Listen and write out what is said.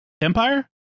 Empire